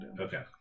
Okay